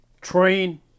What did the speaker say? train